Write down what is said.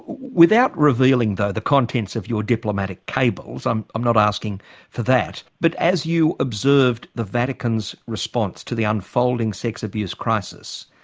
without revealing, though, the contents of your diplomatic cables, i'm i'm not asking for that, but as you observed the vatican's response to the unfolding sex abuse crisis,